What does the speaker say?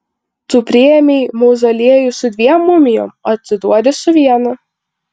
tu priėmei mauzoliejų su dviem mumijom o atiduodi su viena